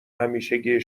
همیشگی